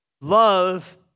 Love